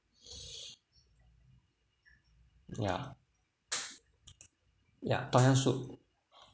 yeah yeah tom yum soup